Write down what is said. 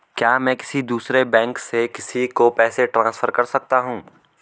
क्या मैं किसी दूसरे बैंक से किसी को पैसे ट्रांसफर कर सकता हूँ?